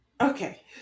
Okay